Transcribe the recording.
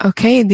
Okay